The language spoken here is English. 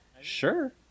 sure